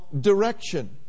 direction